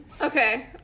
Okay